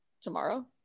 tomorrow